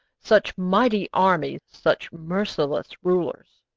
such mighty armies, such merciless rulers?